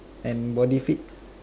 and body fit